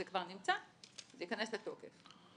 זה כבר נמצא וייכנס לתוקף.